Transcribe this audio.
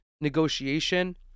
negotiation